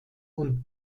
und